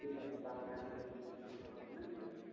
ঠিক আছে তাহলে আমারও কোনও সমস্যা হবে না দিয়ে দেবো